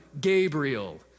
Gabriel